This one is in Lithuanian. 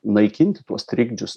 naikinti tuos trikdžius